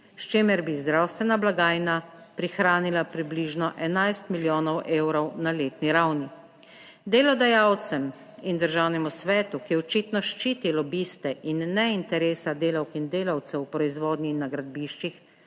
s čimer bi zdravstvena blagajna prihranila približno 11 milijonov evrov na letni ravni delodajalcem in Državnemu svetu, ki očitno ščiti lobiste in ne interesa delavk in delavcev v proizvodnji, na gradbiščih,